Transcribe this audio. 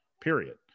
period